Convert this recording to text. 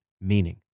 meaning